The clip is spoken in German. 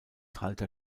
halter